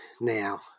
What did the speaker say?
now